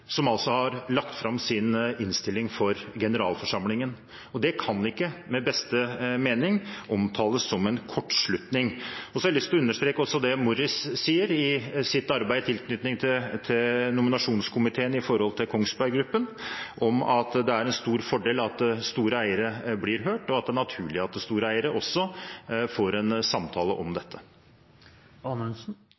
som altså har lagt fram sin innstilling for generalforsamlingen. Det kan ikke, med beste mening, omtales som en kortslutning. Jeg har også lyst til å understreke det Morris sier om sitt arbeid i tilknytning til nominasjonskomiteen for Kongsberg Gruppen, at det er en stor fordel at store eiere blir hørt, og at det er naturlig at store eiere også får en samtale om dette. Det